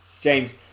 James